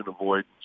avoidance